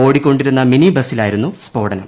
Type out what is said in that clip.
ഓടിക്കൊണ്ടിരുന്ന മിനി ബസിലായിരുന്നു സ്ഫോടനം